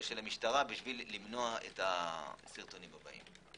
המשטרה כדי למנוע את הסרטונים הבאים?